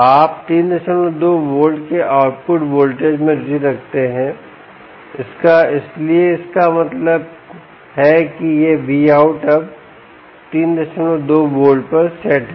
आप 32 वोल्ट के output voltage में रुचि रखते हैं इसलिए इसका मतलब है कि यह Vout अब 32 वोल्ट पर सेट है